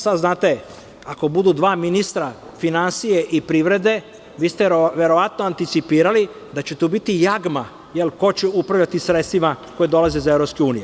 Sad, znate, ako budu dva ministra finansije i privrede, vi ste verovatno anticipirali da će tu biti jagma ko će upravljati sredstvima koja dolaze iz EU.